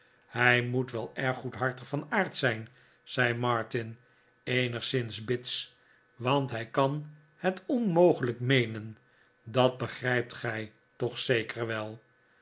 hij moet wel erg goedhartig van aard zijn zei martin eenigszins bits want hij kan het onmogelijk meenen dat begrijpt gij toch zeker wel